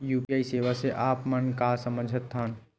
UPI सेवा से आप मन का समझ थान?